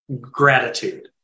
gratitude